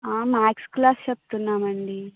maths class చెప్తున్నామండి